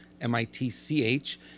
M-I-T-C-H